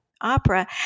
opera